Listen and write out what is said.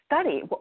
study